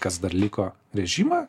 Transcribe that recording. kas dar liko režimą